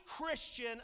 Christian